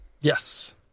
Yes